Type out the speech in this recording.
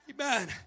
Amen